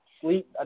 sleep